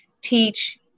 teach